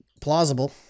plausible